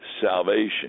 salvation